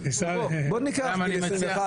עולם התורה הוא במקום אחר,